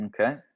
Okay